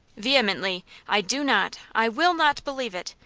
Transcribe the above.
vehemently. i do not, i will not, believe it.